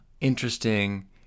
interesting